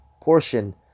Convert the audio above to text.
portion